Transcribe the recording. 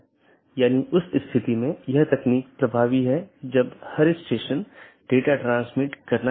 इसलिए इसमें केवल स्थानीय ट्रैफ़िक होता है कोई ट्रांज़िट ट्रैफ़िक नहीं है